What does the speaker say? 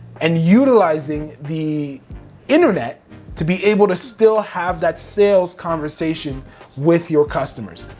and utilizing the internet to be able to still have that sales conversation with your customers.